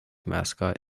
mascot